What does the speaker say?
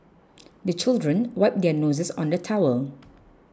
the children wipe their noses on the towel